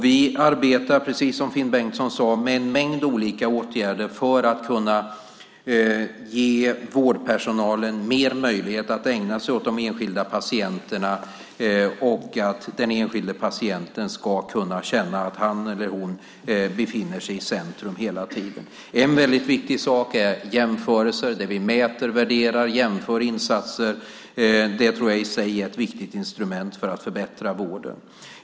Vi arbetar, precis som Finn Bengtsson sade, med en mängd olika åtgärder för att ge vårdpersonalen mer möjlighet att ägna sig åt de enskilda patienterna och för att den enskilda patienten ska känna att han eller hon befinner sig i centrum hela tiden. En väldigt viktig sak är jämförelser där vi mäter, värderar och jämför insatser. Det tror jag i sig är ett viktigt instrument för att förbättra vården.